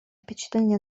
впечатление